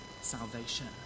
salvation